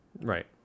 Right